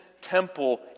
temple